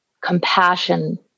compassion